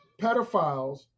pedophiles